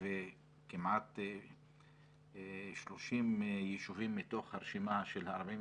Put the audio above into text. וכמעט 30 ישובים מתוך הרשימה של הערים,